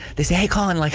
they say, hey collin, like